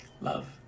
love